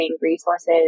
resources